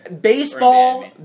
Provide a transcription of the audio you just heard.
Baseball